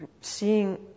seeing